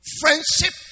friendship